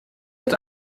mit